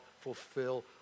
fulfill